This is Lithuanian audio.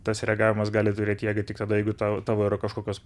tas reagavimas gali turėti jėgą tik tada jeigu tau tavo yra kažkokios